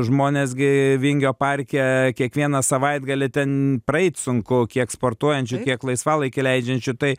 žmonės gi vingio parke kiekvieną savaitgalį ten praeit sunku kiek sportuojančių kiek laisvalaikį leidžiančių tai